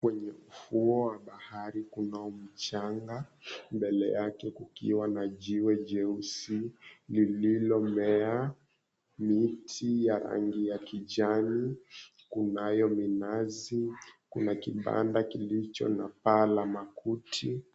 Kwenye ufuo wa bahari kunao mchanga mbele yake kukiwa na jiwe jeusi lililomea miti ya rangi ya kijani. Kunayo minazi. Kuna kibanda kilicho na paa la makuti.